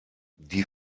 die